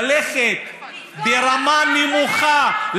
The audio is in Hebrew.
ללכת ברמה נמוכה,